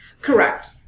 Correct